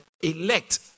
elect